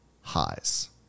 highs